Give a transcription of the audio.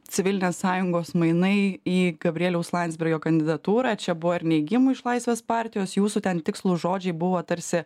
civilinės sąjungos mainai į gabrieliaus landsbergio kandidatūrą čia buvo ir neigimų iš laisvės partijos jūsų ten tikslūs žodžiai buvo tarsi